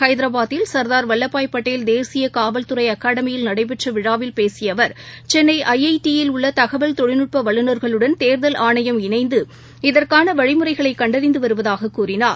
ஐதராபாதில் சர்தார் வல்லபாய் படேல் தேசியகாவல்துறைஅகாடமியில் நடைபெற்றவிழாவில் பேசியஅவர் சென்னைஐடியில் உள்ளதகவல் தொழில்நுட்பவல்லுநர்களுடன் தேர்தல் னைந்து இதற்கானவழிமுறைகளைகண்டறிந்துவருவதாககூறினார்